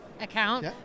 account